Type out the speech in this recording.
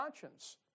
conscience